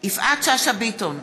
יפעת שאשא ביטון,